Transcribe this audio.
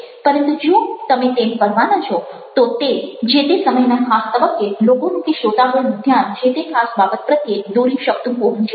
પરંતુ જો તમે તેમ કરવાના છો તો તે જે તે સમયના ખાસ તબક્કે લોકોનું કે શ્રોતાગણનું ધ્યાન જે તે ખાસ બાબત પ્રત્યે દોરી શકતું હોવું જોઈએ